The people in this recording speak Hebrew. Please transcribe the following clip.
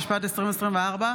התשפ"ד 2024,